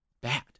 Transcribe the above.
bad